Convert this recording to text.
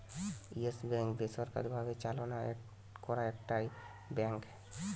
yes Bank বেসরকারি ভাবে চালনা করা একটা ব্যাঙ্ক